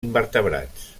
invertebrats